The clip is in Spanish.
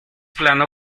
plano